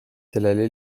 sellele